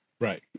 Right